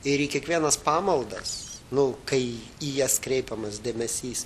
ir į kiekvienas pamaldas nu kai į jas kreipiamas dėmesys